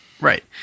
Right